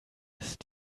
ist